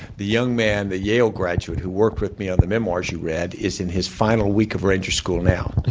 the young man, the yale graduate who worked with me on the memoirs you read is in his final week of ranger school now.